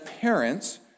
parents